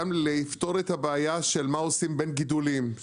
לפתור את הבעיה של מה עושים בין גידולים.